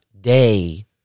day